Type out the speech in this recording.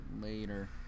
Later